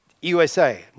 USA